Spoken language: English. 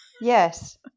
Yes